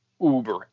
uber